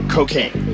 Cocaine